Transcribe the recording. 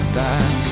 back